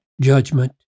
judgment